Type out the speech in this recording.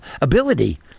ability